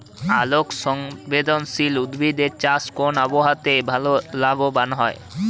আলোক সংবেদশীল উদ্ভিদ এর চাষ কোন আবহাওয়াতে ভাল লাভবান হয়?